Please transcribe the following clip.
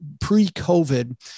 pre-COVID